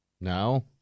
No